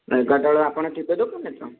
ଏଗାରଟା ବେଳକୁ ଆପଣ ଥିବେ ଦୋକାନରେ ତ